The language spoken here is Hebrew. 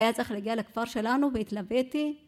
היה צריך להגיע לכפר שלנו והתלוויתי